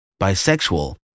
bisexual